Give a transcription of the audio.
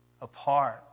Apart